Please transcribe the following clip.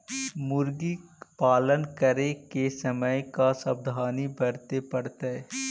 मुर्गी पालन करे के समय का सावधानी वर्तें पड़तई?